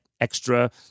extra